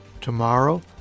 tomorrow